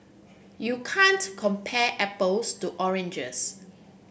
you can't compare apples to oranges